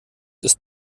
ist